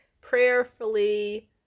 prayerfully